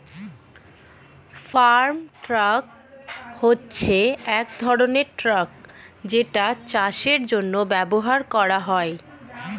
farm truck হচ্ছে এক ধরনের ট্রাক যেটা চাষের জন্য ব্যবহার করা হয়